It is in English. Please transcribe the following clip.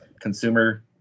consumer